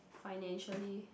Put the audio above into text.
financially